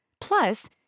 Plus